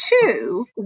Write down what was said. two